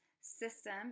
system